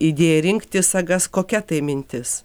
idėja rinkti sagas kokia tai mintis